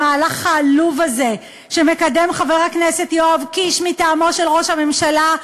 המהלך העלוב הזה שמקדם חבר הכנסת יואב קיש מטעמו של ראש הממשלה,